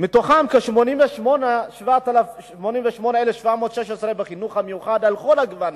מתוכם כ-88,716 בחינוך המיוחד על כל גווניו.